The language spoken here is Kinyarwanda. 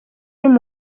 y’uyu